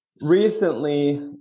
recently